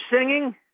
singing